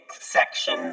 section